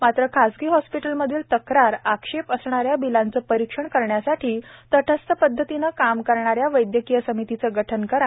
मात्र खासगी हॉस्पिटलमधील तक्रार आक्षेप असणाऱ्या बिलांचे परीक्षण करण्यासाठी तटस्थ पद्धतीने काम करणाऱ्या वैद्यकीय समितीचे गठन करा